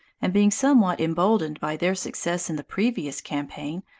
and, being somewhat emboldened by their success in the previous campaign,